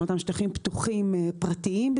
אותם שטחים פתוחים פרטיים,